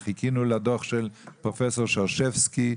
חיכינו לדוח של פרופ' שרשבסקי.